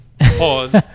pause